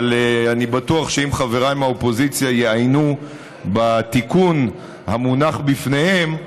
אבל אני בטוח שאם חבריי מהאופוזיציה יעיינו בתיקון המונח בפניהם,